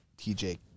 TJ